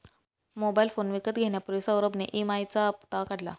mobile phone विकत घेण्यापूर्वी सौरभ ने ई.एम.आई चा हप्ता काढला